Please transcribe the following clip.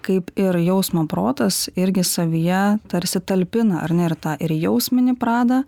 kaip ir jausmo protas irgi savyje tarsi talpina ar ne ir tą ir jausminį pradą